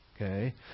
Okay